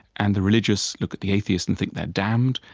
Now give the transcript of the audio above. and the religious look at the atheists and think they're damned.